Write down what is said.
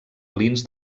alins